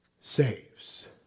saves